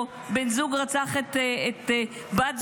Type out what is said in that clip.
או בן זוג רצח את בת זוגו,